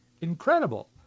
incredible